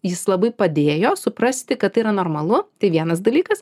jis labai padėjo suprasti kad tai yra normalu tai vienas dalykas